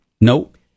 Nope